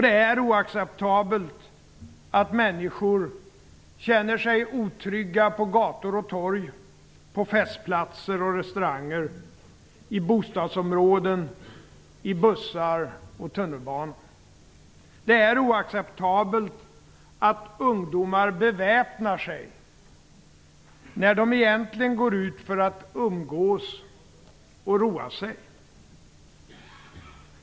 Det är oacceptabelt att människor känner sig otrygga på gator och torg, på festpaltser och restauranger, i bostadsområden, i bussar och i tunnelbanan. Det är oacceptabelt att ungdomar beväpnar sig när de egentligen går ut för att umgås och roa sig.